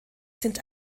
sind